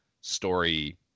story